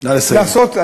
נא לסיים.